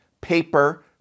paper